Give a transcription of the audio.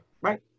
Right